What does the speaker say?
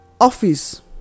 office